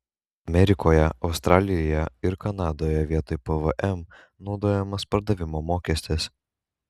amerikoje australijoje ir kanadoje vietoj pvm naudojamas pardavimo mokestis